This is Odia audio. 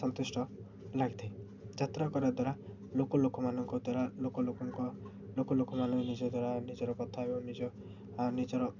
ସନ୍ତୁଷ୍ଟ ଲାଗିଥାଏ ଯାତ୍ରା କରିବା ଦ୍ୱାରା ଲୋକ ଲୋକମାନଙ୍କ ଦ୍ୱାରା ଲୋକ ଲୋକଙ୍କ ଲୋକ ଲୋକମାନେ ନିଜ ଦ୍ୱାରା ନିଜର କଥା ଏବଂ ନିଜ ନିଜର